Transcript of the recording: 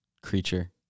creature